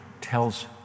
tells